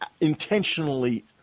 intentionally